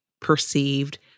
perceived